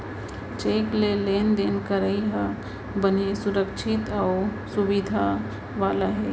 cheque ले लेन देन करई ह बने सुरक्छित अउ सुबिधा वाला हे